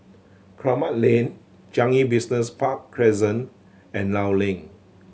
Kramat Lane Changi Business Park Crescent and Law Link